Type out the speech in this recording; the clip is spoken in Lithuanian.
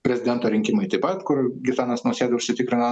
prezidento rinkimai taip pat kur gitanas nausėda užsitikrino